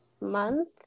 Month